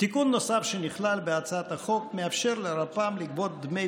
תיקון נוסף שנכלל בהצעת החוק מאפשר לרלפ"מ לגבות דמי